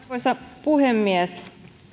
arvoisa puhemies